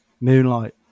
moonlight